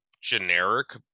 generic